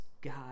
God